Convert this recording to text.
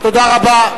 תודה רבה.